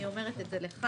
אני אומרת את זה לך.